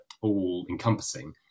all-encompassing